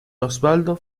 osvaldo